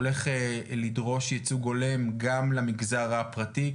הולך לדרוש ייצוג הולם גם למגזר הפרטי,